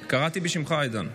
מוותרת.